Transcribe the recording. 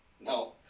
No